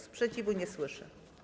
Sprzeciwu nie słyszę.